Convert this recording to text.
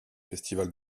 festivals